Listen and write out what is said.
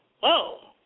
whoa